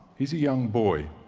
he's a young boy.